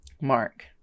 Mark